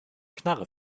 knarre